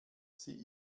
sie